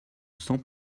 cent